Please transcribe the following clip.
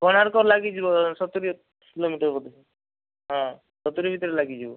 କୋଣାର୍କ ଲାଗିଯିବ ସତୁରି କିଲୋମିଟର୍ ବୋଧେ ହଁ ସତୁରି ଭିତରେ ଲାଗିଯିବ